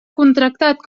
contractat